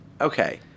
Okay